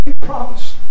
promise